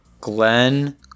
Glenn